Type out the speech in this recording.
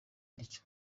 aricyo